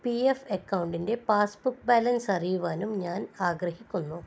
P F എക്കൗണ്ടിൻ്റെ passbook balance അറിയുവാനും ഞാൻ ആഗ്രഹിക്കുന്നു